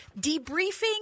debriefing